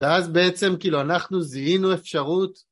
ואז בעצם כאילו אנחנו זיהינו אפשרות